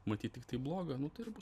matyt tiktai bloga nu tai ir bus